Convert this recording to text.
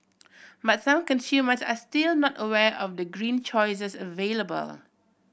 but some consumers are still not aware of the green choices available